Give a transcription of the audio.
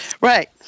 Right